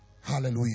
Hallelujah